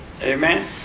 Amen